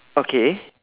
okay